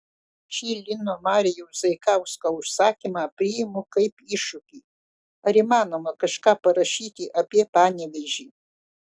šį lino marijaus zaikausko užsakymą priimu kaip iššūkį ar įmanoma kažką parašyti apie panevėžį